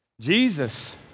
Jesus